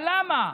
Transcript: אבל למה,